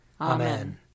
Amen